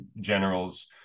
generals